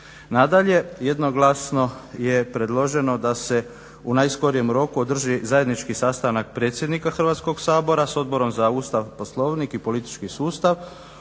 Nadalje, jednoglasno je predloženo da se u najskorijem roku održi zajednički sastanak predsjednika Hrvatskog sabora sa Odborom za Ustav, Poslovnik i politički sustav,